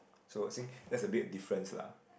so I think that's the bit of difference lah